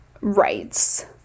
rights